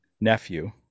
nephew